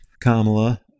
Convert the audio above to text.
Kamala